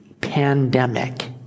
pandemic